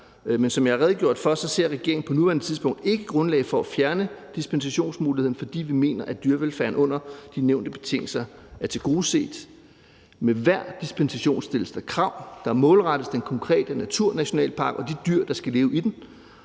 Men som jeg har redegjort for, ser regeringen på nuværende tidspunkt ikke grundlag for at fjerne dispensationsmuligheden, fordi vi mener, at dyrevelfærden under de nævnte betingelser er tilgodeset. Med hver dispensation stilles der krav, der målrettes den konkrete naturnationalpark og de dyr, der skal leve i den.